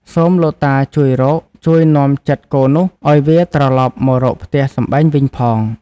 សូមលោកតាជួយរក ជួយនាំចិត្តគោនោះ ឲ្យវាត្រឡប់មករកផ្ទះសម្បែងវិញផង”